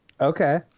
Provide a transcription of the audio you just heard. Okay